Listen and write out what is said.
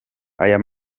aya